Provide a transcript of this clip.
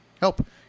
help